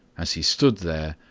as he stood there,